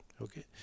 okay